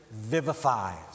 vivifies